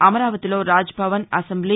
అమరావతిలో రాజ్భవన్ అసెంబ్లీ